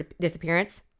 disappearance